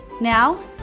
Now